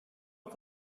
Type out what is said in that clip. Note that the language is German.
und